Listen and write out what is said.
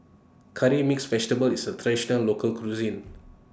Curry Mixed Vegetable IS A Traditional Local Cuisine